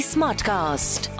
Smartcast